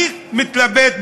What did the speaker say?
אני מתלבט,